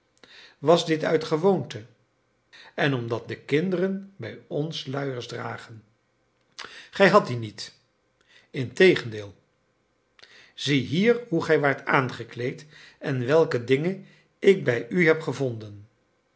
was dit uit gewoonte en omdat de kinderen bij ons luiers dragen gij hadt die niet integendeel zie hier hoe gij waart aangekleed en welke dingen ik bij u heb gevonden